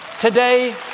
Today